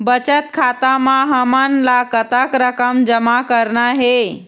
बचत खाता म हमन ला कतक रकम जमा करना हे?